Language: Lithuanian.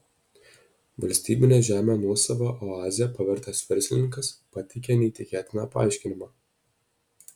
valstybinę žemę nuosava oaze pavertęs verslininkas pateikė neįtikėtiną paaiškinimą